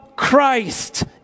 Christ